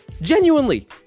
genuinely